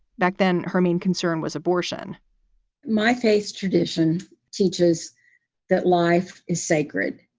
back then, her main concern was abortion my faith tradition teaches that life is sacred.